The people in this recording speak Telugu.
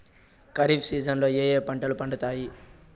ఖరీఫ్ సీజన్లలో ఏ ఏ పంటలు పండుతాయి